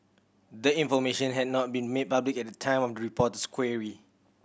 the information had not been made public at the time of the reporter's query